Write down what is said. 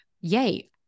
yay